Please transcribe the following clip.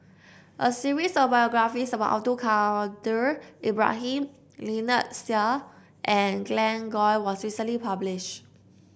a series of biographies about Abdul Kadir Ibrahim Lynnette Seah and Glen Goei was recently published